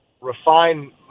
refine